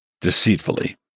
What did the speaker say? deceitfully